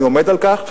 ואני עומד על כך,